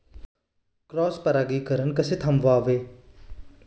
Cross परागीकरण कसे थांबवावे?